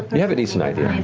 you have a decent idea.